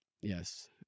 Yes